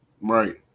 Right